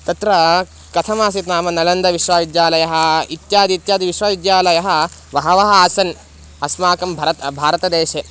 तत्र कथमासीत् नाम नळन्दविश्वविद्यालयः इत्यादि इत्यादि विश्वविद्यालयाः बहवः आसन् अस्माकं भरत् भारतदेशे